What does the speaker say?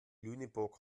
lüneburg